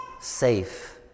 safe